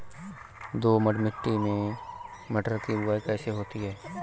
दोमट मिट्टी में मटर की बुवाई कैसे होती है?